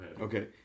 Okay